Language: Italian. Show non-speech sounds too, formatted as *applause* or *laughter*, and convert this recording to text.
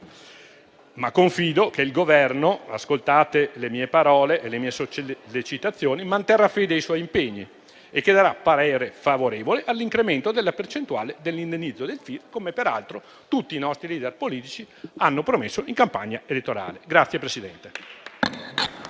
Confido che il Governo, ascoltate le mie parole e le mie sollecitazioni, manterrà fede ai suoi impegni ed esprimerà parere favorevole all'incremento della percentuale dell'indennizzo del FIR, come peraltro tutti i nostri *leader* politici hanno promesso in campagna elettorale. *applause*